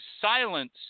silence